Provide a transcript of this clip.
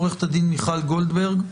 עו"ד מיכל גולדברג,